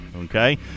okay